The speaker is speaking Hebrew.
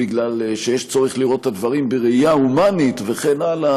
בגלל שיש צורך לראות את הדברים בראייה הומנית וכן הלאה,